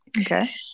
okay